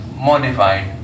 modified